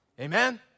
Amen